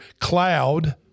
cloud